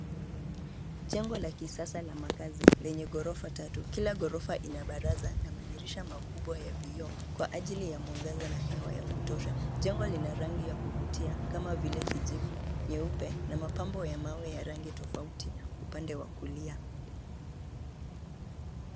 Jengo la kisasa la makazi lenye ghorofa tatu. Kila ghorofa ina baraza na madirisha makubwa ya vioo kwa ajili ya mwangaza na hewa ya kutosha. Jengo lina rangi ya kuvutia kama vile kijivu, nyeupe na mapambo ya mawe ya rangi tofauti upande wa kulia.